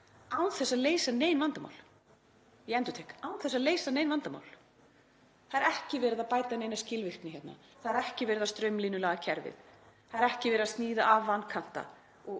án þess að leysa nein vandamál. Ég endurtek: Án þess að leysa nein vandamál. Það er ekki verið að bæta neina skilvirkni hérna. Það er ekki verið að straumlínulaga kerfið, það er ekki verið að sníða af vankanta og